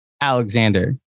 Alexander